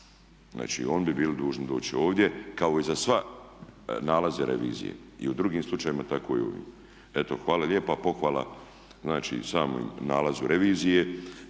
Znači, oni bi bili dužni doći ovdje kao i za sve nalaze revizije i u drugim slučajevima tako i u ovim. Eto, hvala lijepa. Pohvala znači samom nalazu revizije